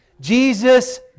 Jesus